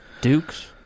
Duke's